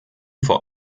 vor